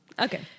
okay